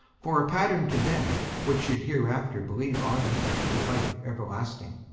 for a pattern to them which should hereafter believe on him to life everlasting.